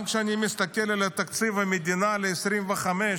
גם כשאני מסתכל על תקציב המדינה ל-2025,